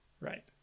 Right